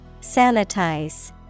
Sanitize